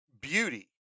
beauty